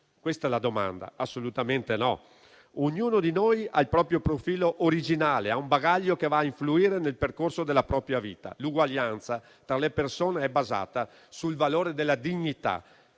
davvero uguali? Assolutamente no. Ognuno di noi ha il proprio profilo originale, ha un bagaglio che va a influire nel percorso della propria vita. L'uguaglianza tra le persone è basata sul valore della dignità: